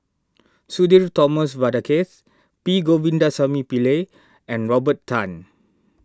Sudhir Thomas Vadaketh P Govindasamy Pillai and Robert Tan